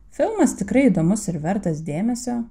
filmas tikrai įdomus ir vertas dėmesio